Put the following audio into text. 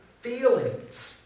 feelings